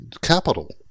capital